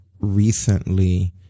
recently